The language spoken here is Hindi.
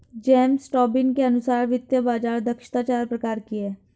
जेम्स टोबिन के अनुसार वित्तीय बाज़ार दक्षता चार प्रकार की है